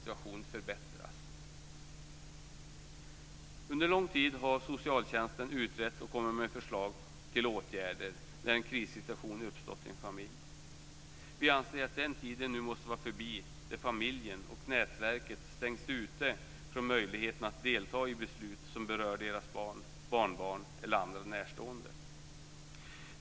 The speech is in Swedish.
Under lång tid har socialtjänsten utrett och kommit med förslag till åtgärder när en krissituation uppstått i en familj. Vi anser att den tid nu måste vara förbi då familjen och nätverket stängs ute från möjligheten att delta i beslut som berör deras barn, barnbarn eller andra närstående.